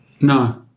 No